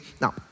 Now